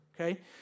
Okay